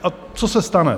A co se stane?